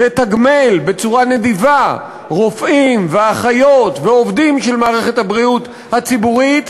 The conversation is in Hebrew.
לתגמל בצורה נדיבה רופאים ואחיות ועובדים של מערכת הבריאות הציבורית,